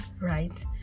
right